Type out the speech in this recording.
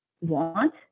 want